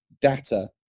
data